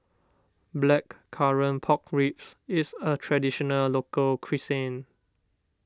Blackcurrant Pork Ribs is a Traditional Local Cuisine